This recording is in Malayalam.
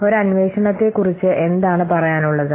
ഒരു അന്വേഷണത്തെക്കുറിച്ച് എന്താണ് പറയാൻ ഉള്ളത്